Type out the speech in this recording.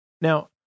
Now